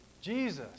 Jesus